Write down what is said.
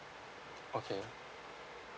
okay